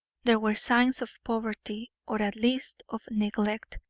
there were signs of poverty, or at least of neglect,